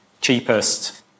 cheapest